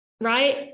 right